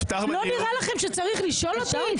לא נראה לכם שצריך לשאול אותי?